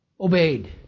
obeyed